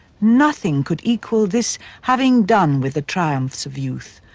nothing could equal this having done with the triumphs of youth,